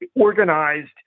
organized